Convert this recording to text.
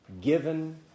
given